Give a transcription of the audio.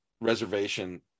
reservation